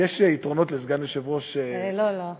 יש יתרונות לסגן יושב-ראש, לא, לא.